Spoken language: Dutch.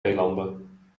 eilanden